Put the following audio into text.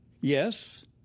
Yes